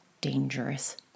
dangerous